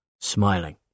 smiling